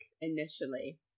initially